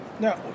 No